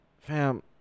Fam